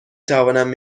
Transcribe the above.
توانم